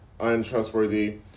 untrustworthy